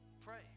pray